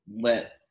let